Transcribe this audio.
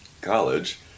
college